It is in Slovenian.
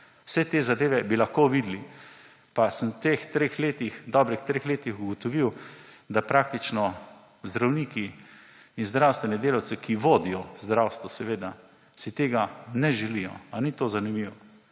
Vse te zadeve bi lahko videli, pa sem v teh treh letih, dobrih treh letih ugotovil, da praktično zdravniki in zdravstveni delavci, ki vodijo zdravstvo, si tega ne želijo. Ali ni to zanimivo?